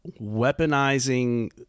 weaponizing